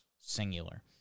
Singular